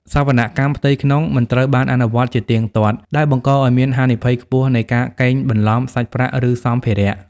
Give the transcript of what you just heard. សវនកម្មផ្ទៃក្នុង មិនត្រូវបានអនុវត្តជាទៀងទាត់ ដែលបង្កឱ្យមានហានិភ័យខ្ពស់នៃការកេងបន្លំសាច់ប្រាក់ ឬសម្ភារៈ។